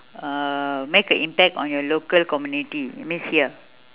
uh make an impact on your local community it means here